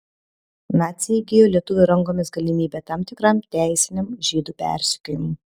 naciai įgijo lietuvių rankomis galimybę tam tikram teisiniam žydų persekiojimui